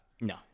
No